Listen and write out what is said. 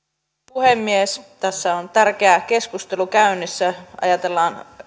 puhemies tässä on tärkeä keskustelu käynnissä ajatellaan